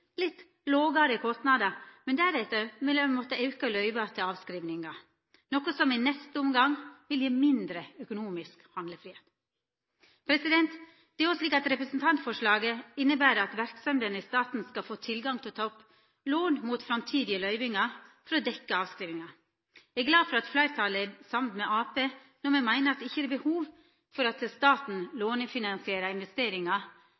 litt lågare kostnader, men deretter vil ein måtta auka løyva til avskrivingar, noko som i neste omgang vil gje mindre økonomisk handlefridom. Det er òg slik at representantforslaget inneber at verksemdene i staten skal få tilgang til å ta opp lån mot framtidige løyvingar for å dekkja avskrivingar. Eg er glad for at fleirtalet er samd med Arbeidarpartiet når me meiner at det ikkje er behov for at staten lånefinansierer investeringar